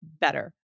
better